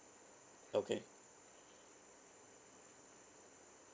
okay